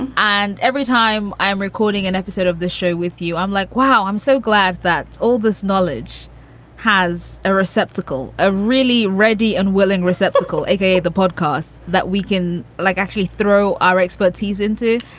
and and every time i'm recording an episode of this show with you, i'm like, wow, i'm so glad that all this knowledge has a receptacle, a really ready and willing receptacle, a k a. the podcasts that we can like actually through our expertise into.